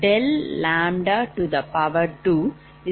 5686109